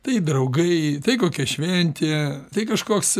tai draugai tai kokia šventė tai kažkoks